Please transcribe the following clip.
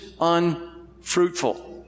unfruitful